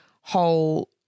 whole